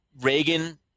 Reagan